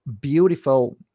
beautiful